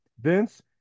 Vince